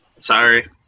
Sorry